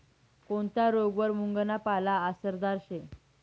कोनता रोगवर मुंगना पाला आसरदार शे